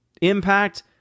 impact